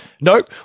Nope